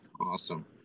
awesome